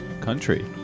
Country